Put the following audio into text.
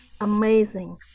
amazing